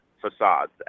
facades